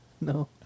No